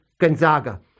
Gonzaga